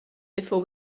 before